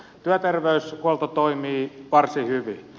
työterveyshuolto toimii varsin hyvin